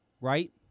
right